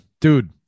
Dude